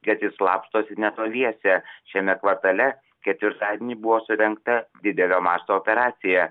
kad jis slapstosi netoliese šiame kvartale ketvirtadienį buvo surengta didelio masto operacija